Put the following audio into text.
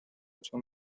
تون